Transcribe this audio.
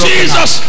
Jesus